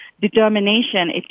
determination